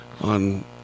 on